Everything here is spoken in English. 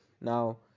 Now